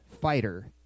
fighter